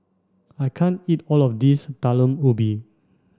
I can't eat all of this Talam Ubi